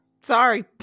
sorry